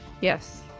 yes